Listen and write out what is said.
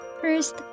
First